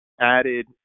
added